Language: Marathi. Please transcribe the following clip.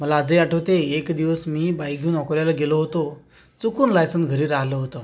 मला जे आठवते एक दिवस मी बाईक घेऊन नोकरीला गेलो होतो चुकून लायसन घरी राहिलं होतं